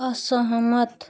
असहमत